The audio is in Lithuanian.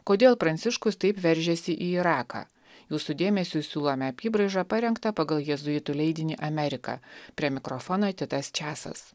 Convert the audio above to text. kodėl pranciškus taip veržiasi į iraką jūsų dėmesiui siūlome apybraižą parengtą pagal jėzuitų leidinį amerika prie mikrofono titas česas